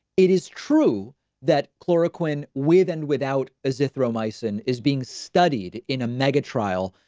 it is true that chloroquine, with and without a zero meissen, is being studied in a mega trial,